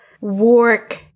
work